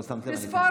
לא שמת לב.